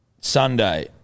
Sunday